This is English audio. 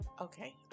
okay